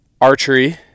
archery